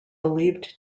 believed